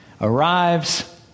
Arrives